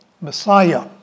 Messiah